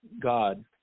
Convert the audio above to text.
God